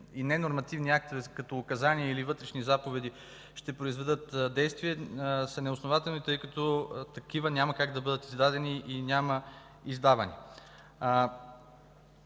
и ненормативни актове, като указания или вътрешни заповеди, ще произведат действия са неоснователни, тъй като такива няма как да бъдат издадени и няма издавани.